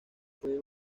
fue